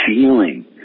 feeling